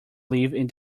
leave